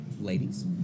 ladies